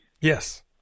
Yes